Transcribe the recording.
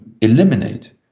eliminate